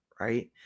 right